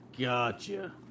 Gotcha